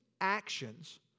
actions